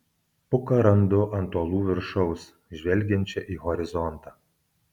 puką randu ant uolų viršaus žvelgiančią į horizontą